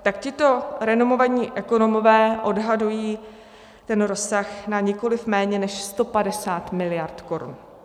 Tak tito renomovaní ekonomové odhadují ten rozsah na nikoli méně než 150 mld. korun.